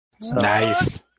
Nice